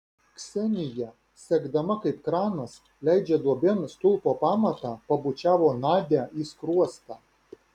ksenija sekdama kaip kranas leidžia duobėn stulpo pamatą pabučiavo nadią į skruostą